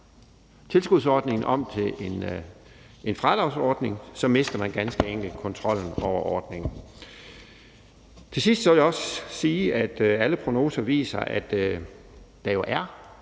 tilskudsordningen om til en fradragsordning, mister man ganske enkelt kontrollen over ordningen. Til sidst vil jeg også sige, at alle prognoser viser, at der jo er